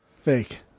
Fake